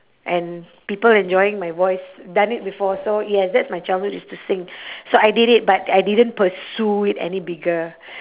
and people enjoying my voice done it before so yes that's my childhood it's to sing so I did it but I didn't pursue it any bigger